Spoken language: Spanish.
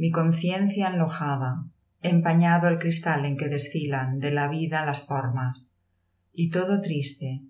mi conciencia enlojada empañado el cristal en que desfilan de la vida las formas y todo triste